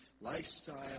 lifestyle